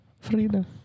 Frida